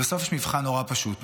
ובסוף יש מבחן נורא פשוט,